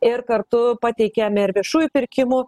ir kartu pateikiame ir viešųjų pirkimų